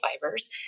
fibers